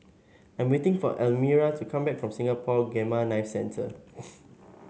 I'm waiting for Elmyra to come back from Singapore Gamma Knife Centre